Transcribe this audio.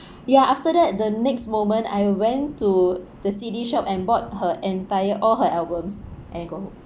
ya after that the next moment I went to the C_D shop and bought her entire all her albums and go home